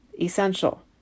Essential